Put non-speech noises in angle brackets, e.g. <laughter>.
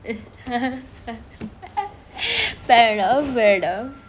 <laughs> fair enough fair enough